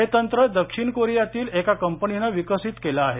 हे तंत्र दक्षिण कोरियातील एका कंपनीने विकसित केले आहे